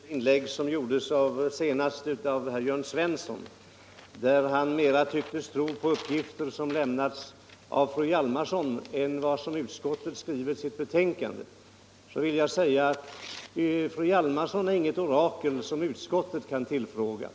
Herr talman! Med anledning av det inlägg som gjordes senast av herr Jörn Svensson i Malmö, där han tycktes tro mer på uppgifter som lämnades av fru Hjalmarsson än på vad utskottet skriver i sitt betänkande, vill jag säga att fru Hjalmarsson inte är något orakel som utskottet kan tillfråga.